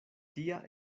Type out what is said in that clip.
tia